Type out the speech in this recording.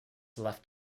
left